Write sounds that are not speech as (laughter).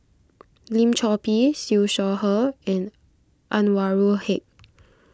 (noise) Lim Chor Pee Siew Shaw Her and Anwarul Haque